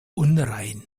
unrein